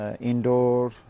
indoor